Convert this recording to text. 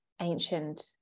ancient